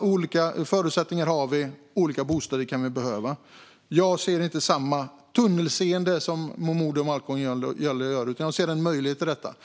Olika förutsättningar har vi, olika bostäder kan vi behöva. Jag har inte samma tunnelseende som Malcolm Momodou Jallow, utan jag ser en möjlighet i detta.